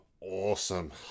awesome